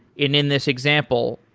in in this example,